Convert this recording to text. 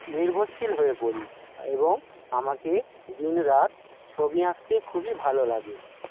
নির্ভরশীল হয়ে পড়ি এবং আমাকে দিন রাত ছবি আঁকতে খুবই ভালো লাগে